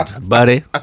buddy